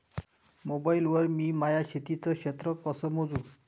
Mobile वर मी माया शेतीचं क्षेत्र कस मोजू?